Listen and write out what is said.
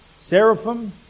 seraphim